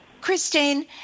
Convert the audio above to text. Christine